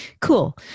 Cool